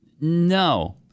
No